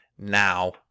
now